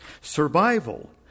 Survival